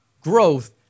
growth